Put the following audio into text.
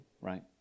right